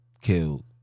killed